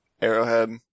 arrowhead